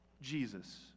Jesus